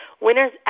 Winners